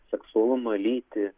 seksualumą lytį